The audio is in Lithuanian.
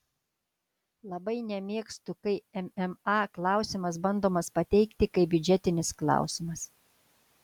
labai nemėgstu kai mma klausimas bandomas pateikti kaip biudžetinis klausimas